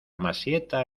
masieta